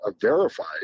verified